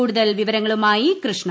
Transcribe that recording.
കൂടുതൽ വിവരങ്ങളുമായി കൃഷ്ണ